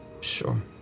Sure